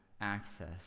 access